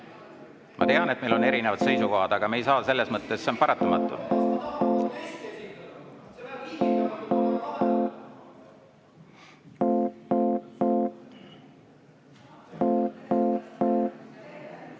Ma tean, et meil on erinevad seisukohad, aga me ei saa selles mõttes … See on paratamatu.